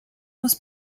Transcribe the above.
was